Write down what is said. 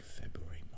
February